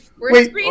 wait